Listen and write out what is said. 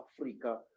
Africa